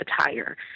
attire